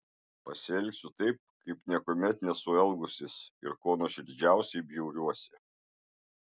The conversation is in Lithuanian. pasielgsiu taip kaip niekuomet nesu elgusis ir kuo nuoširdžiausiai bjauriuosi